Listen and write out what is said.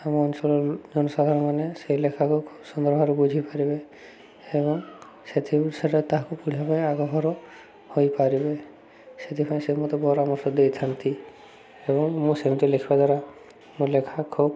ଆମ ଅଞ୍ଚଳର ଜନସାଧାରଣ ମାନେ ସେ ଲେଖାକୁ ଖୁବ ସୁନ୍ଦର ଭାବରେ ବୁଝିପାରିବେ ଏବଂ ସେଥିରୁ ସେଟା ତାହାକୁ ବଢ଼ିବା ପାଇଁ ଆଗଭର ହୋଇପାରିବେ ସେଥିପାଇଁ ସେ ମୋତେ ପରାମର୍ଶ ଦେଇଥାନ୍ତି ଏବଂ ମୁଁ ସେମିତି ଲେଖିବା ଦ୍ୱାରା ମୋ ଲେଖା ଖୁବ